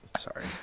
Sorry